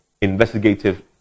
investigative